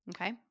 Okay